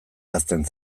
ahazten